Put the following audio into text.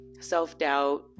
self-doubt